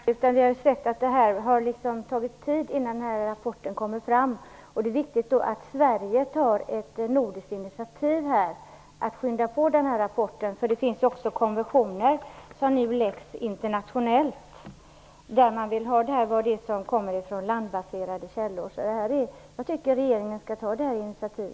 Herr talman! Vi har sett att det tar tid att få fram rapporten. Därför är det viktigt att Sverige här tar ett nordiskt initiativ för att skynda på framtagandet av rapporten. Konventioner läggs ju också internationellt som omfattar detta med landbaserade källor. Jag tycker alltså att regeringen skall ta nämnda initiativ.